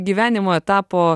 gyvenimo etapo